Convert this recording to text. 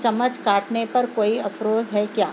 چمچ کاٹنے پر کوئی افروز ہے کیا